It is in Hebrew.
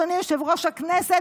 אדוני יושב-ראש הכנסת,